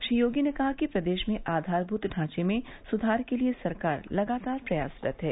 श्री योगी ने कहा कि प्रदेश में आधारभूत ढाचें में सुधार के लिए सरकार लगातार प्रयासरत है